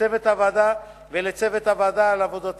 לצוות הוועדה על עבודתם,